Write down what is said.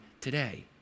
today